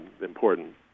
important